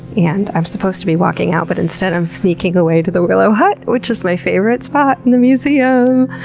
and i'm supposed to be walking out, but instead i'm sneaking away to the willow hut! which is my favorite spot in the museum!